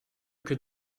could